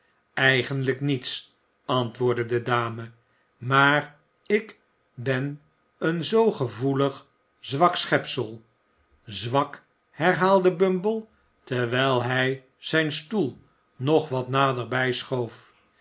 eigenlijk niets antwoordde de dame maar ik ben een zoo gevoelig zwak schepsel zwak herhaalde bumble terwijl hij zijn stoel nog wat naderbij schoof